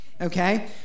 okay